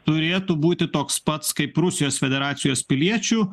turėtų būti toks pats kaip rusijos federacijos piliečių